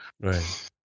Right